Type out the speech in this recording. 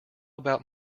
about